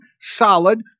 solid